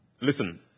Listen